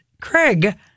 Craig